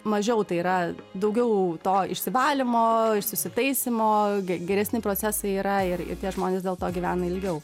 mažiau tai yra daugiau to išsivalymo ir susitaisymo ge geresni procesai yra ir tie žmonės dėl to gyvena ilgiau